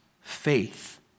faith